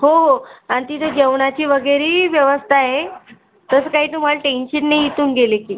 हो हो आणि तिथे जेवणाची वगैरेही व्यवस्था आहे तसं काही तुम्हाला टेन्शन नाही इथून गेले की